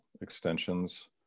extensions